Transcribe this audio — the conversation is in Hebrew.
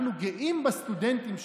אנחנו גאים בסטודנטים שלנו,